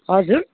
हजुर